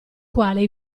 quale